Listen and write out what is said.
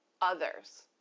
others